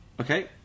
Okay